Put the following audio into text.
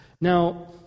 Now